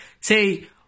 Say